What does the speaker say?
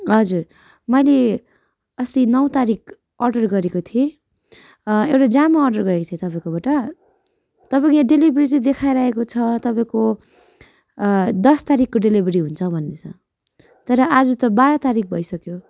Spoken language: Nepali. हजुर मैले अस्ति नौ तारिख अर्डर गरेको थिएँ एउटा जामा अर्डर गरेको थिएँ तपाईँकोबाट तपाईँको यहाँ डेलिभेरी चाहिँ देखाइराखेको छ तपाईँको दस तारिख डेलिभेरी हुन्छ भन्दैछ तर आज त बाह्र तारिख भइसक्यो